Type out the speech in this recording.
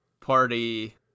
party